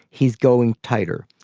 he's going tighter.